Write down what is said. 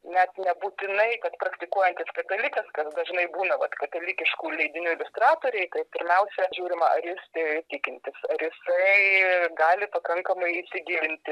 net nebūtinai kad praktikuojantis katalikas kas dažnai būna vat katalikiškų leidinių iliustratoriai tai pirmiausia žiūrima ar jis tai tikintis ar jisai gali pakankamai įsigilinti